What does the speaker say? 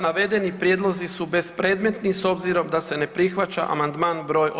Navedeni prijedlozi su bespredmetni s obzirom da se ne prihvaća amandman broj 18.